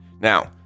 Now